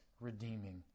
redeeming